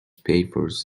papers